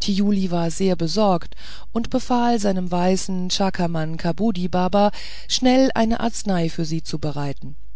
thiuli ward sehr besorgt und befahl seinem weisen chakamankabudibaba schnell eine arznei für sie